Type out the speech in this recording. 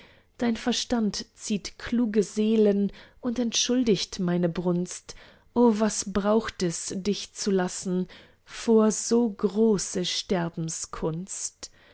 dein verstand zieht kluge seelen und entschuldigt meine brunst o was braucht es dich zu lassen vor so große